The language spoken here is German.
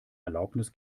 erlaubnis